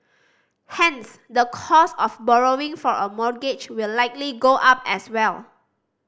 hence the cost of borrowing for a mortgage will likely go up as well